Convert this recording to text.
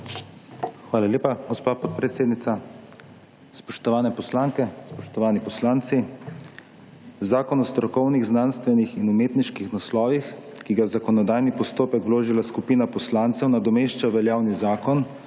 Hvala lepa, gospa podpredsednica. Spoštovane poslanke, spoštovani poslanci! Zakon o strokovnih, znanstvenih in umetniških naslovih, ki ga je v zakonodajni vložila skupina poslancev, nadomešča veljavni zakon,